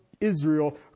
Israel